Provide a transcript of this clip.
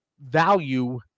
value